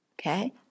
Okay